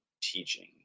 teaching